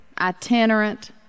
itinerant